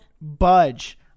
budge